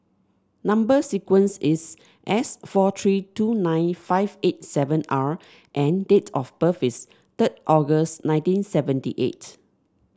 number sequence is S four three two nine five eight seven R and date of birth is third August One Thousand nine hundred and seventy eight